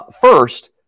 First